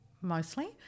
mostly